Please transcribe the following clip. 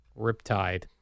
Riptide